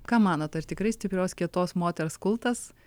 ką manot ar tikrai stiprios kietos moters kultas